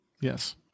Yes